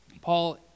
Paul